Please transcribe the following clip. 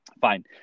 fine